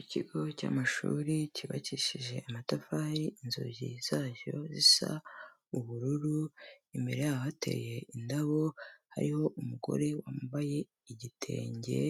Ikigo cy'amashuri cyubakishije amatafari, inzugi zacyo zisa ubururu, imbere yaho hateye indabo, hariho umugore wambaye igitenge,